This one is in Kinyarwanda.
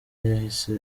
yahise